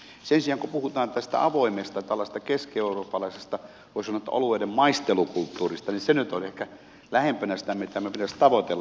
sen sijaan kun puhutaan tästä avoimesta tällaisesta keskieurooppalaisesta voi sanoa oluiden maistelukulttuurista niin se nyt on ehkä lähempänä sitä mitä meidän pitäisi tavoitella